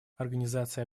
организация